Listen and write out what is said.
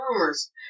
rumors